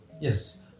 Yes